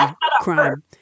crime